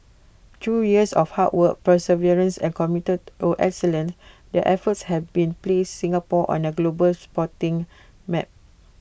through years of hard work perseverance and commitment or excellence their efforts have been placed Singapore on the global sporting map